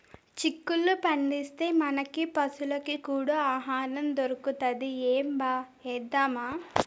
చిక్కుళ్ళు పండిస్తే, మనకీ పశులకీ కూడా ఆహారం దొరుకుతది ఏంబా ఏద్దామా